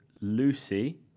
Lucy